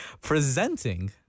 Presenting